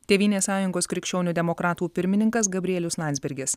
tėvynės sąjungos krikščionių demokratų pirmininkas gabrielius landsbergis